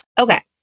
Okay